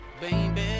baby